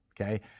Okay